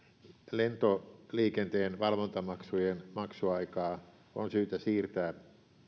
lentoliikenteen valvontamaksujen maksuaikaa on syytä siirtää